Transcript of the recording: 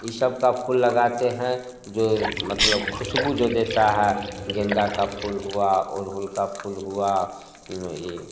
ई सब का फूल लगाते हैं जो मतलब खुशबू जो देता है गेंदा का फूल हुआ अड़हुल का फूल हुआ ई